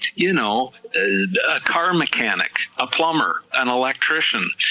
you know and a car mechanic, a plumber, an electrician,